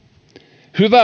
hyvä